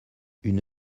une